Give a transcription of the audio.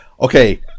Okay